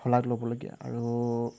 শলাগ ল'বলগীয়া আৰু